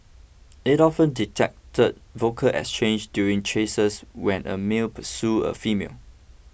it often detected vocal exchanges during chases when a male pursued a female